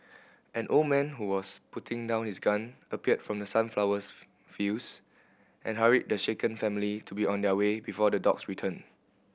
an old man who was putting down his gun appeared from the sunflowers fields and hurried the shaken family to be on their way before the dogs return